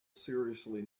seriously